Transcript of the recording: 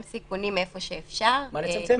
היכן שאפשר.